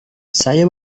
saya